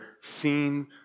seen